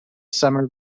summer